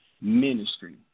Ministry